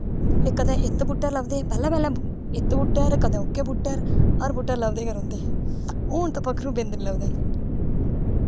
एह् कदैं इत्त बूह्टे पर लब्भदे पैह्लैं पैह्लैं इत्त बूह्टे पर कदैं ओह्कै बूह्टे पर हर बूह्टै पर लब्भदे गै रौंह्दे हून ते पक्खरू बिंद निं लब्भदे हैन